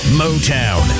motown